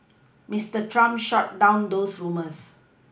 Mister Trump shot down those rumours